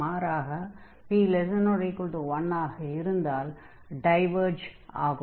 மாறாக p≤1 ஆக இருந்தால் டைவர்ஜ் ஆகும்